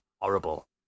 horrible